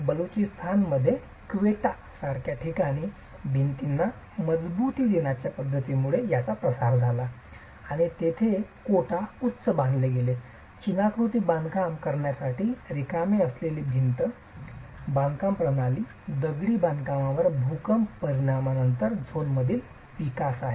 बलुचिस्तान मधील क्वेटा सारख्या ठिकाणी भिंतींना मजबुती देण्याच्या पध्दतमुळे याचा प्रसार झाला आणि तेथे कोटा उंच बांधले गेले चिनाकृती बांधकाम करण्यासाठी रिकामे असलेली भिंत बांधकाम प्रणाली दगडी बांधकामांवर भूकंप परिणामानंतर झोनमधील विकास आहे